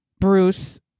Bruce